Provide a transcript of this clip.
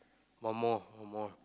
one more one more